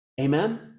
Amen